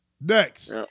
Next